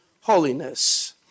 holiness